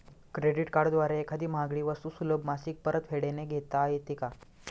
Credit कार्डद्वारे एखादी महागडी वस्तू सुलभ मासिक परतफेडने घेता येते का?